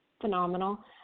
phenomenal